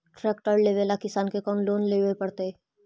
Tractor लेवेला किसान के कौन लोन लेवे पड़तई?